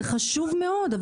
זה חשוב מאוד.